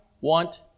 want